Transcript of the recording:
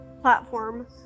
platform